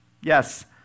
Yes